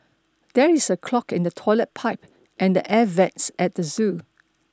there is a clog in the toilet pipe and the air vents at the zoo